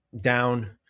down